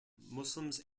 muslims